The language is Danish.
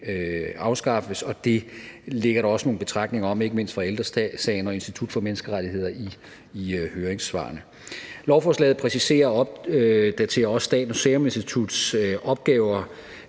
afskaffes. Det ligger der også nogle betragtninger om, ikke mindst fra Ældre Sagen og Institut for Menneskerettigheder, i høringssvarene. Lovforslaget præciserer og opdaterer også Statens Serum Instituts opgaver,